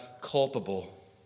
culpable